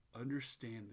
understand